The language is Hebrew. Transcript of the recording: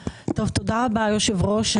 טוב, תודה רבה יושב הראש.